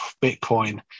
Bitcoin